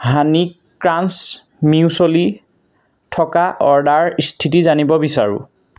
হানি crunch muesli থকা order স্থিতি জানিব বিচাৰোঁ